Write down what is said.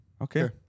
Okay